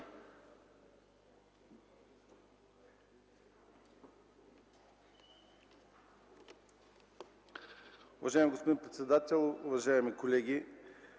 Уважаеми господин председател, уважаеми колеги!